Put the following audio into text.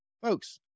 Folks